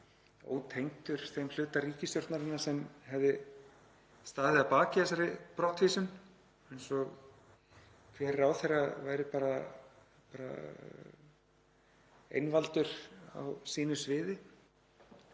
ótengdur þeim hluta ríkisstjórnarinnar sem hefði staðið að baki þessari brottvísun, eins og hver ráðherra væri bara einvaldur á sínu sviði.